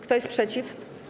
Kto jest przeciw?